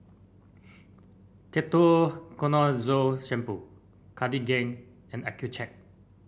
Ketoconazole Shampoo Cartigain and Accucheck